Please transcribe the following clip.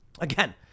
Again